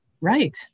Right